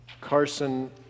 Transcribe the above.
Carson